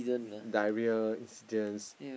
diarrhoea incidents